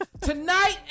Tonight